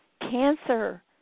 Cancer